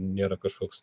nėra kažkoks